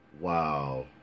Wow